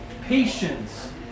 patience